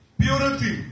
purity